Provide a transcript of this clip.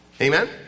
Amen